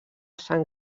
sant